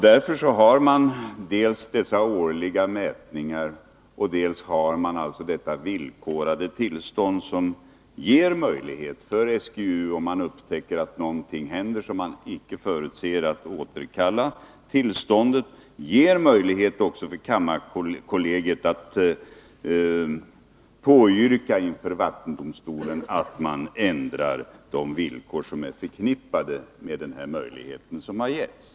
Därför företar man dels dessa årliga mätningar, dels har man dessa villkorade tillstånd, som ger SGU möjlighet — om man upptäcker att någonting händer som man icke förutsett — att återkalla tillståndet och ger möjlighet också för kammarkollegiet att påyrka inför vattenöverdomstolen att de villkor skall ändras som är förknippade med den möjlighet som har getts.